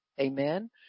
Amen